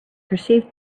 perceived